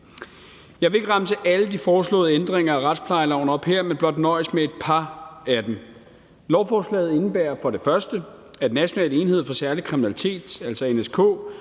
Jeg vil ikke remse alle de foreslåede ændringer af retsplejeloven op her, men blot nøjes med et par af dem. Lovforslaget indebærer for det første, at National enhed for Særlig Kriminalitet, altså NSK,